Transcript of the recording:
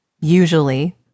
usually